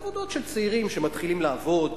עבודות של צעירים שמתחילים לעבוד,